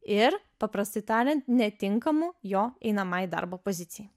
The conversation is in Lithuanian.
ir paprastai tariant netinkamu jo einamai darbo pozicijai